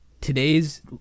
Today's